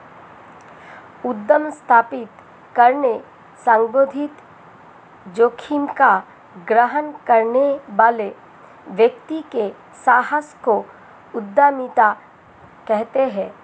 उद्यम स्थापित करने संबंधित जोखिम का ग्रहण करने वाले व्यक्ति के साहस को उद्यमिता कहते हैं